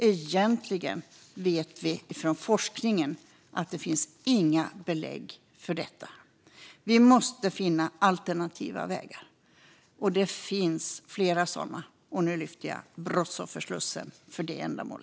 Egentligen vet vi från forskningen att det inte finns några belägg för detta. Vi måste finna alternativa vägar, och det finns flera sådana. Och nu lyfter jag fram brottsofferslussen för detta ändamål.